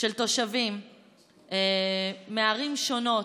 של תושבים מערים שונות,